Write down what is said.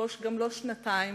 גם לא שנתיים,